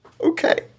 Okay